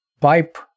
pipe